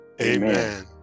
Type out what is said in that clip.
Amen